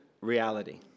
reality